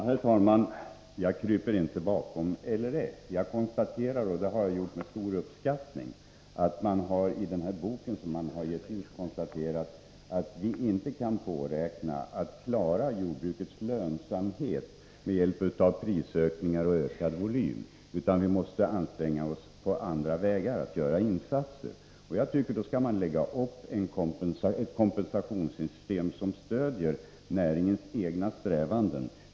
Herr talman! Jag kryper inte bakom LRF. Jag noterar — med stor uppskattning — att man i den bok som LRF gett ut har konstaterat att vi inte kan påräkna att klara jordbrukets lönsamhet med hjälp av prisökningar och ökad volym, utan att vi måste anstränga oss för att på andra vägar göra insatser. Då tycker jag att man skall lägga upp ett kompensationssystem som stöder näringens egna strävanden.